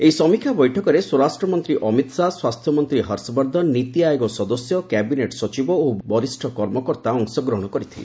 ଏହି ସମୀକ୍ଷା ବୈଠକରେ ସ୍ୱରାଷ୍ଟ୍ର ମନ୍ତ୍ରୀ ଅମିତ ଶାହା ସ୍ୱାସ୍ଥ୍ୟ ମନ୍ତ୍ରୀ ହର୍ଷବର୍ଦ୍ଧନ ନୀତିଆୟୋଗ ସଦସ୍ୟ କ୍ୟାବିନେଟ୍ ସଚିବ ଓ ବହୁ ବରିଷ୍ଣ କର୍ମକର୍ତ୍ତା ଅଂଶଗ୍ହଣ କରିଥିଲେ